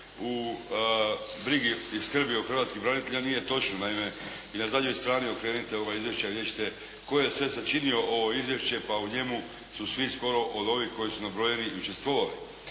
u brigi i skrbi o hrvatskim braniteljima nije točno. Naime, i na zadnjoj strani okrenite izvješća, vidjet ćete tko je sve sačinio ovo izvješće. Pa u njemu su svi skoro od ovih koji su nabrojeni i učestvovali,